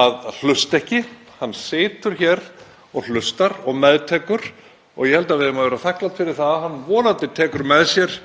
að hlusta ekki. Hann situr hér og hlustar og meðtekur og ég held að við eigum að vera þakklát fyrir að hann vonandi tekur með sér